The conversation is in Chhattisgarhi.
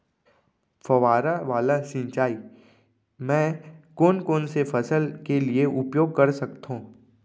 फवारा वाला सिंचाई मैं कोन कोन से फसल के लिए उपयोग कर सकथो?